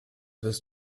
wirst